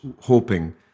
hoping